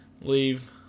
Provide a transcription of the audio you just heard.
leave